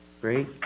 Great